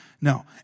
no